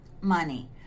money